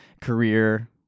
career